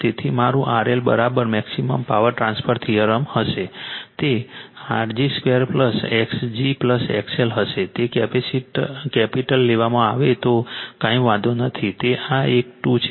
તેથી મારું RL બરાબર મેક્સિમમ પાવર ટ્રાન્સફર થિયરમ હશે તે R g 2 X g XL હશે તે કેપિટલ લેવામાં આવે તો કોઈ વાંધો નથી કે આ એક 2 છે